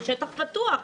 בשטח פתוח,